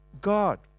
God